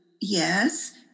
yes